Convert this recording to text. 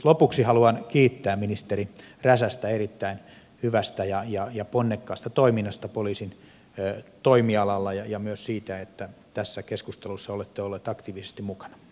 lopuksi haluan kiittää ministeri räsästä erittäin hyvästä ja ponnekkaasta toiminnasta poliisin toimialalla ja myös siitä että tässä keskustelussa olette ollut aktiivisesti mukana